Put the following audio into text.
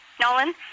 Nolan